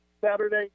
Saturday